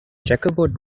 checkerboard